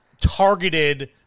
targeted